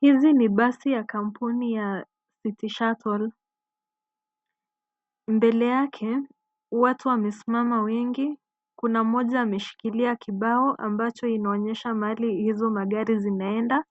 Hizi ni basi ya kampuni ya City shuttle[sc]. Mbele yake watu wamesimama wengi. Kuna mmoja ameshikilia kibao ambacho inaonyesha mahali hizo gari zinaenda